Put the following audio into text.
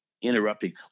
interrupting